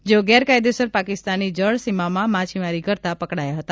જેઓ ગેરકાયદેસર પાકિસ્તાનની જળસીમામાં માછીમારી કરતા પકડાયા હતા